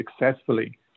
successfully